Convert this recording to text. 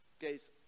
Guys